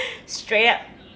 straight up